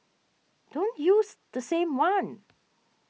don't use the same one